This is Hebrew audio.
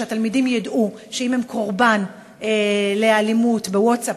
שהתלמידים ידעו שאם הם קורבן לאלימות בווטסאפ,